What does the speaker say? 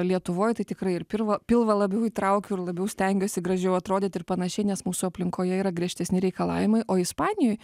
lietuvoj tai tikrai ir pirvą pilvą labiau įtraukiu ir labiau stengiuosi gražiau atrodyt ir panašiai nes mūsų aplinkoje yra griežtesni reikalavimai o ispanijoj